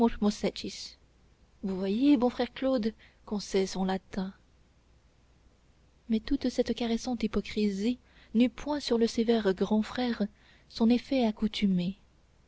vous voyez bon frère claude qu'on sait son latin mais toute cette caressante hypocrisie n'eut point sur le sévère grand frère son effet accoutumé